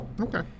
Okay